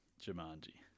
Jumanji